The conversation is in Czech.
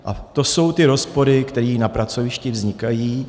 A to jsou ty rozpory, které na pracovišti vznikají.